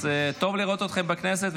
אז טוב לראות אתכם בכנסת,